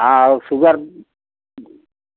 हाँ और सुगर